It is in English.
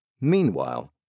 Meanwhile